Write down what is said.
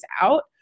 out